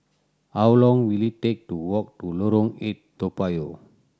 how long will it take to walk to Lorong Eight Toa Payoh